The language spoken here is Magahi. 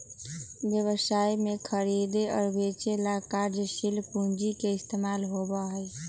व्यवसाय में खरीदे और बेंचे ला कार्यशील पूंजी के इस्तेमाल होबा हई